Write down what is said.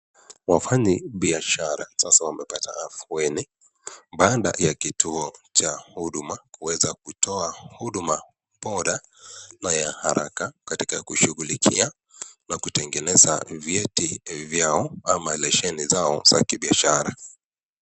Wafanyibiashara sasa wamepata afueni, baada ya kituo cha huduma kuweza kutoa huduma bora na ya haraka, katika kushughulikia na kutengeneza vyeti vyao ama lesheni zao za kibiashara.